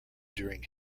during